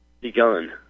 begun